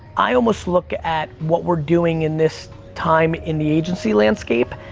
i almost look at what we're doing in this time, in the agency landscape,